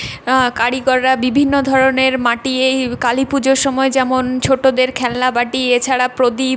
কারিগররা বিভিন্ন ধরনের মাটি এই কালী পুজোর সময় যেমন ছোটোদের খেলনা বাটি এছাড়া প্রদীপ